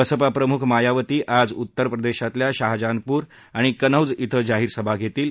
बसपा प्रमुख मायावती आज उत्तरप्रदेशातल्या शाहजानपूर आणि कनौज क्वें जाहीर सभा घेणार आहेत